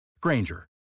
Granger